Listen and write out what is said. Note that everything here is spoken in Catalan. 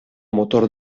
motor